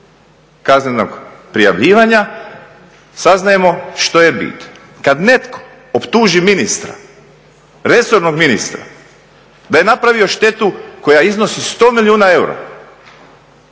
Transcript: kaznenog prijavljivanja saznajemo što je bit. Kada netko optuži ministra, resornog ministra da je napravio štetu koja iznosi 100 milijuna eura